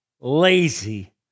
lazy